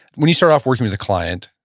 when you start off working with a client,